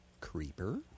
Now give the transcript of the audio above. Creeper